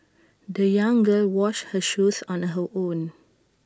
the young girl washed her shoes on her own